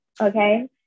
okay